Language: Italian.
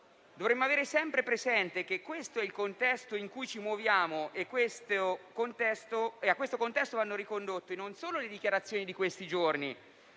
Dovremmo avere sempre presente che questo è il contesto in cui ci muoviamo e a cui vanno ricondotte non solo le dichiarazioni di questi giorni,